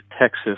Texas